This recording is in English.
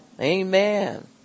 Amen